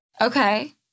okay